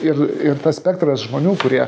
ir ir tas spektras žmonių kurie